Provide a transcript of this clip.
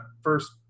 first